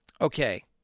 Okay